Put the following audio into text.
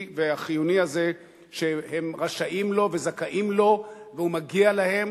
והחיוני הזה שהם רשאים לו וזכאים לו והוא מגיע להם,